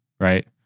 right